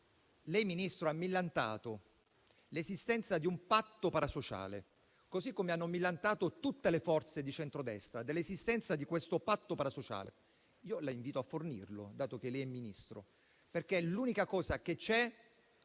Ministro, lei ha millantato l'esistenza di un patto parasociale, così come tutte le forze di centrodestra hanno millantato l'esistenza di questo patto parasociale. Io la invito a fornirlo, dato che lei è Ministro, perché l'unica cosa che è